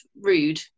rude